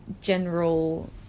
general